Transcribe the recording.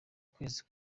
kwezi